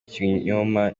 kinyoma